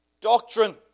doctrine